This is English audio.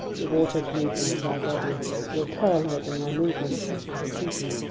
the water glued them to my body, they were paralyzing my movements. i was sinking!